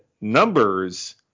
numbers